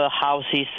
houses